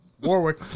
Warwick